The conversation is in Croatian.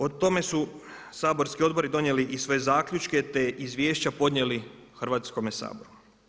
O tome su saborski odbori donijeli i svoje zaključke te izvješća podnijeli Hrvatskome saboru.